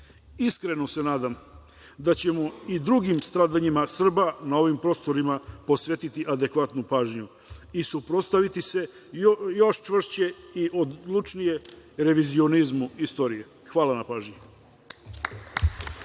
se nadam da ćemo i drugim stradanjima Srba na ovim prostorima posvetiti adekvatnu pažnju i suprotstaviti se još čvršće i odlučnije revizionizmu istorije. Hvala na pažnji.